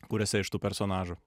kuriuose iš tų personažų